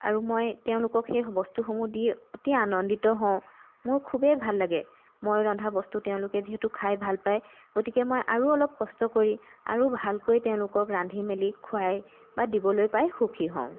আৰু মই তেওঁলোকক সেই বস্তুসমূহ দি অতি আনন্দিত হওঁ মোৰ খুবেই ভাল লাগে মই ৰন্ধা বস্তু তেওঁলোকে যিহেতু খাই ভাল পায় গতিকে মই আৰু অলপ কষ্ট কৰি আৰু ভালকৈ তেওঁলোকক ৰান্ধি মেলি খুৱাই বা দিবলৈ পাই সুখী হওঁ